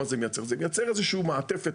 זה מייצר איזו שהיא מעטפת,